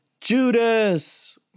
Judas